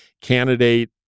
candidate